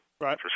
Right